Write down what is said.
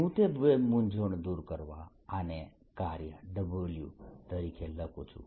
હું તે મૂંઝવણને દૂર કરવા માટે આને કાર્ય W તરીકે લખું છું